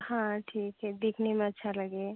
हाँ ठीक है दिखने में अच्छा लगे